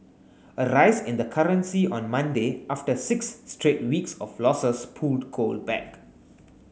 a rise in the currency on Monday after six straight weeks of losses pulled gold back